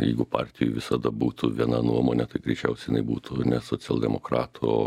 jeigu partijoj visada būtų viena nuomone tai greičiausiai jinai būtų ne socialdemokratų o